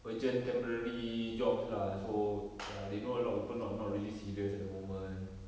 urgent temporary jobs lah so ya they know a lot of people not not really serious at the moment